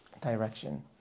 direction